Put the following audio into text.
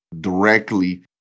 directly